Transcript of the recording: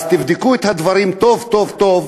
אז תבדקו את הדברים טוב טוב טוב,